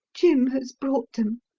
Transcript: jim has brought them.